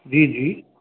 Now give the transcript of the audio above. जी जी